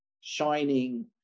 shining